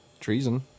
treason